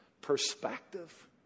perspective